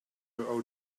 owe